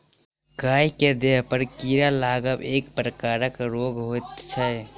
गाय के देहपर कीड़ा लागब एक प्रकारक रोग होइत छै